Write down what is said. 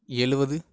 எழுபது